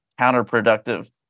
counterproductive